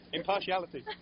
impartiality